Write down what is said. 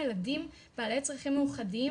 הילדים בעלי צרכים מיוחדים